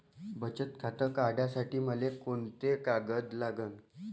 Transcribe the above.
बचत खातं काढासाठी मले कोंते कागद लागन?